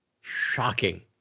Shocking